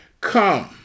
come